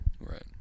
Right